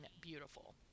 beautiful